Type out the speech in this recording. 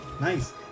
nice